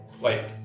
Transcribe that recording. Wait